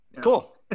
cool